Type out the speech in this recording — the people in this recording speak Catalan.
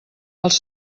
els